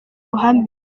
ruhame